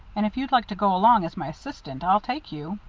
and if you'd like to go along as my assistant, i'll take you.